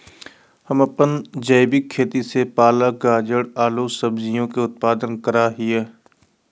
हम अपन जैविक खेती से पालक, गाजर, आलू सजियों के उत्पादन करा हियई